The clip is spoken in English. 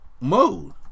mode